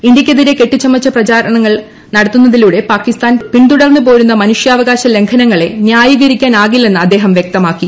ഇന്തൃയ്ക്കെതിരെ കെട്ടിച്ചുമച്ച പ്രചാരണങ്ങൾ നടത്തുന്നതിലൂടെ പാകിസ്ഥാൻ പിന്തുടർന്ന് പോരുന്ന മനുഷ്യാവകാശ ലംഘനങ്ങളെ ന്യായീകരിക്കാനാകില്ലെന്ന് അദ്ദേഹം വ്യക്തമാക്കി